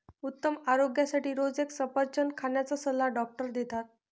उत्तम आरोग्यासाठी रोज एक सफरचंद खाण्याचा सल्ला डॉक्टर देतात